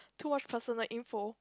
too much personal info